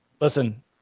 listen